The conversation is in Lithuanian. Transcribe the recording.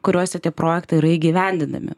kuriose tie projektai yra įgyvendinami